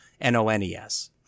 N-O-N-E-S